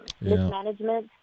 Mismanagement